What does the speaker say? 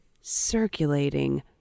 circulating